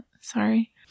Sorry